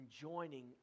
joining